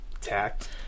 tact